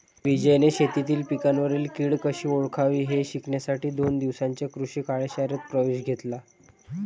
विजयने शेतीतील पिकांवरील कीड कशी ओळखावी हे शिकण्यासाठी दोन दिवसांच्या कृषी कार्यशाळेत प्रवेश घेतला